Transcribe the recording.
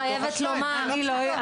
לא אמרתי שלא.